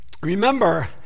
remember